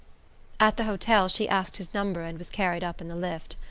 at the hotel she asked his number and was carried up in the lift.